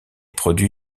produit